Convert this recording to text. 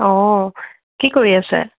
অঁ কি কৰি আছে